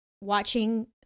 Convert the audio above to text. watching